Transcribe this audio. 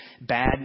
bad